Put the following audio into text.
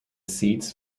seats